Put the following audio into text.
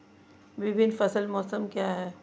विभिन्न फसल मौसम क्या हैं?